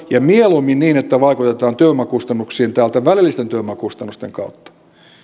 ja mieluummin niin että vaikutetaan työvoimakustannuksiin täältä välillisten työvoimakustannusten kautta